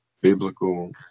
biblical